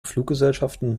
fluggesellschaften